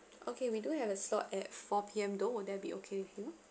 okay we do have a slot at four P_M though will that be okay with you